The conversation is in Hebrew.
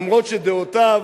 אף שדעותיו,